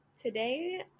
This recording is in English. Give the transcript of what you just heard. Today